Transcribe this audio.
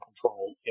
control